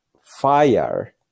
fire